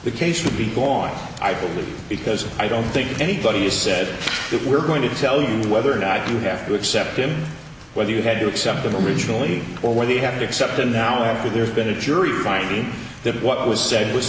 the case would be gone i believe because i don't think anybody's said that we're going to tell you whether or not you have to accept him whether you had to accept them originally or whether you have to accept them now after there's been a jury finding th